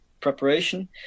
preparation